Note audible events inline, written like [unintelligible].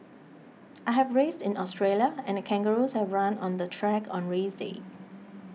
[unintelligible] I have raced in Australia and the kangaroos have run on the track on race day